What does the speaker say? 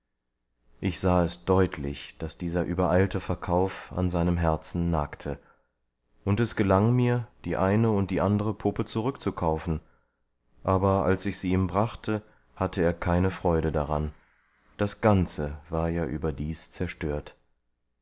ich sah es deutlich daß dieser übereilte verkauf an seinem herzen nagte und es gelang mir die eine und die andere puppe zurückzukaufen aber als ich sie ihm brachte hatte er keine freude daran das ganze war ja überdies zerstört